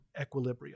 equilibria